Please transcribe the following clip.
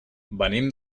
venim